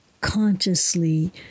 consciously